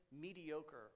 mediocre